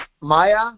Maya